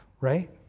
right